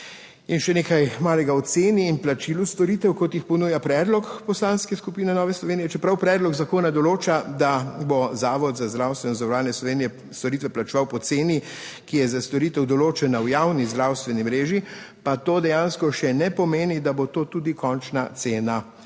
In še nekaj malega o ceni in plačilu storitev, kot jih ponuja predlog Poslanske skupine Nove Slovenije. Čeprav predlog zakona določa, da bo Zavod za zdravstveno zavarovanje Slovenije storitve plačeval po ceni, ki je za storitev določena v javni zdravstveni mreži, pa to dejansko še ne pomeni, da bo to tudi končna cena